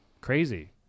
crazy